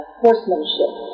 horsemanship